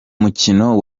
mukino